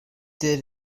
did